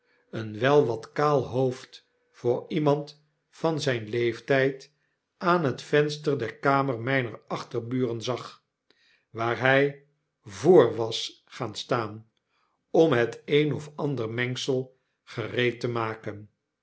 een wel wat kaal hoofd voor iemand van zijn leeftijd aan het venster der kamer mijner achterburen zag waar hij voor was gaan staan om het een of andere mengsel gereed te maken